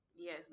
Yes